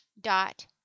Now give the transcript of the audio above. dot